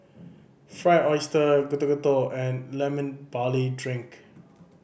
Fried Oyster Getuk Getuk and Lemon Barley Drink